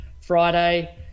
Friday